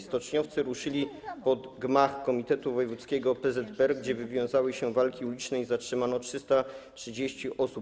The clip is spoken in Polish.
Stoczniowcy ruszyli pod gmach Komitetu Wojewódzkiego PZPR, gdzie wywiązały się walki uliczne i zatrzymano 330 osób.